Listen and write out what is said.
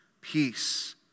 peace